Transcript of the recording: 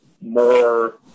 more